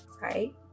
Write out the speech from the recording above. Right